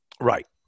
Right